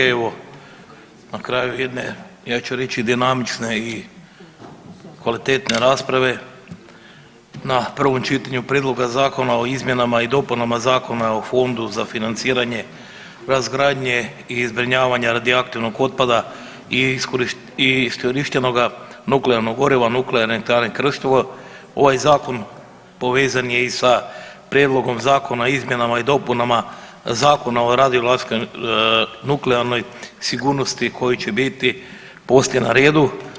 Evo na kraju jedne ja ću reći dinamične i kvalitetne rasprave na prvom čitanju Prijedloga zakona o izmjenama i dopunama Zakona o fondu za financiranje razgoradnje i zbrinjavanja radioaktivnog otpada i iskorištenog nuklearnog goriva nuklearne elektrane Krško ovaj zakon povezan je i sa Prijedlogom zakona o izmjenama i dopunama Zakona o radio nuklearnoj sigurnosti koja će biti poslije na redu.